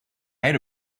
out